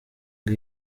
iyo